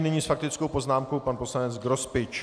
Nyní s faktickou poznámkou pan poslanec Grospič.